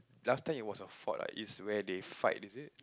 last time it was a fort like is where they fight is it